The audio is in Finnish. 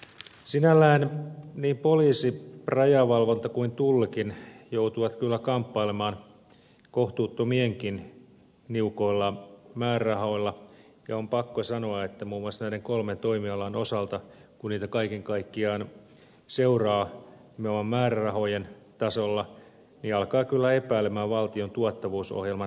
sinällään niin poliisi rajavalvonta kuin tullikin joutuvat kyllä kamppailemaan kohtuuttomankin niukoilla määrärahoilla ja on pakko sanoa että muun muassa näiden kolmen toimialan osalta kun niitä kaiken kaikkiaan seuraa nimenomaan määrärahojen tasolla alkaa kyllä epäillä valtion tuottavuusohjelman toimivuutta